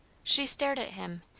she stared at him,